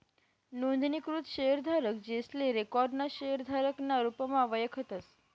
नोंदणीकृत शेयरधारक, जेसले रिकाॅर्ड ना शेयरधारक ना रुपमा वयखतस